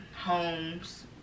homes